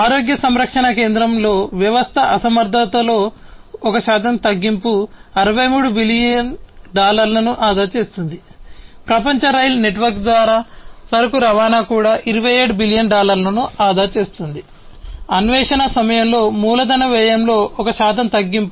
ఆరోగ్య సంరక్షణ కేంద్రంలో వ్యవస్థ అసమర్థతలో 1 శాతం తగ్గింపు 63 బిలియన్ డాలర్లను ఆదా చేస్తుంది ప్రపంచ రైలు నెట్వర్క్ ద్వారా సరుకు రవాణా కూడా 27 బిలియన్ డాలర్లను ఆదా చేస్తుంది అన్వేషణ సమయంలో మూలధన వ్యయంలో ఒక శాతం తగ్గింపు